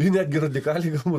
gi netgi radikaliai turbūt